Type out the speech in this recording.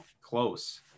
close